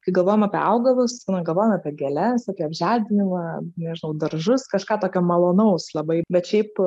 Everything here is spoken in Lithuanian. kai galvojam apie augalus na galvojam apie gėles tokį apželdinimą nežinau daržus kažką tokio malonaus labai bet šiaip